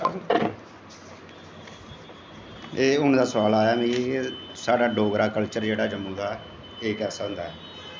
ते हून दा सोआल आया मिगी साढ़ा डोगरा कल्चर जेह्ड़ा जम्मू दा एह् कैसा होंदा ऐ